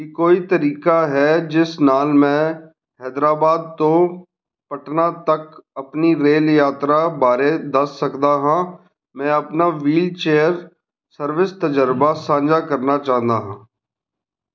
ਕੀ ਕੋਈ ਤਰੀਕਾ ਹੈ ਜਿਸ ਨਾਲ ਮੈਂ ਹੈਦਰਾਬਾਦ ਤੋਂ ਪਟਨਾ ਤੱਕ ਆਪਣੀ ਰੇਲ ਯਾਤਰਾ ਬਾਰੇ ਦੱਸ ਸਕਦਾ ਹਾਂ ਮੈਂ ਆਪਣਾ ਵ੍ਹੀਲਚੇਅਰ ਸਰਵਿਸ ਤਜ਼ਰਬਾ ਸਾਂਝਾ ਕਰਨਾ ਚਾਹੁੰਦਾ ਹਾਂ